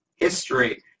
history